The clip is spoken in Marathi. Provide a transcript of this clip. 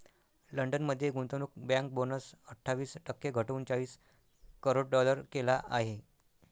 लंडन मध्ये गुंतवणूक बँक बोनस अठ्ठावीस टक्के घटवून चाळीस करोड डॉलर केला आहे